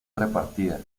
repartida